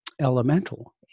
elemental